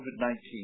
COVID-19